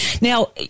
Now